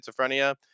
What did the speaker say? schizophrenia